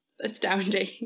astounding